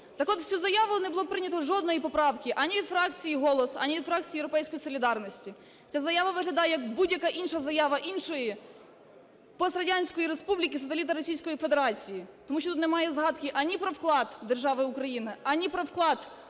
так от, в цю заяву не було прийнято жодної поправки ані від фракції "Голос", ані від фракції "Європейської солідарності". Ця заява виглядає, як будь-яка інша заява, іншої пострадянської республіки - сателіта Російської Федерації, тому що тут немає згадки ані про вклад держави Україна, ані про вклад